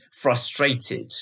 frustrated